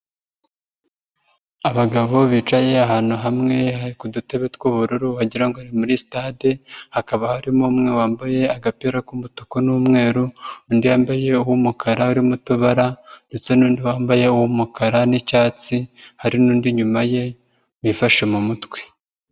Abagabo bicaye ahantu hamwe hari ku dutebe tw'ubururu wagira ngo ni muri sitade, hakaba harimo umwe wambaye agapira k'umutuku n'umweru undi yambaye uw'umukara urimo utubara ndetse n'undi wambaye umukara n'icyatsi, hari n'undi inyuma ye wifashe mu mutwe.